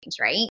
right